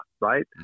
right